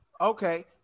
Okay